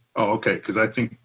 okay, because i think,